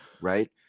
right